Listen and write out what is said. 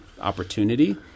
opportunity